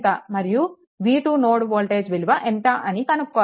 మరియు V2 node voltage విలువ ఎంత అని కనుక్కోవాలి